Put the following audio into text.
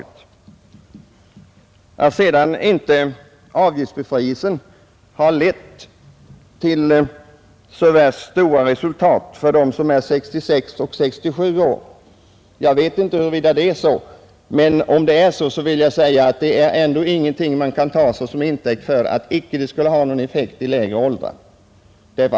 Sedan vet jag inte om påståendet att avgiftsbefrielsen inte har lett till så värst stora resultat för dem som är 66 och 67 år, men om det är så vill jag säga att det är ändå ingenting man kan ta såsom intäkt för att det icke skulle ha någon effekt i lägre åldrar.